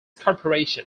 corporation